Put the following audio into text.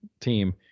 team